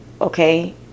okay